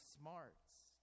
smarts